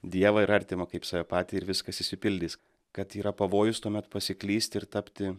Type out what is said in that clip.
dievą ir artimą kaip save patį ir viskas išsipildys kad yra pavojus tuomet pasiklysti ir tapti